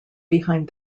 behind